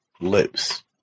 lips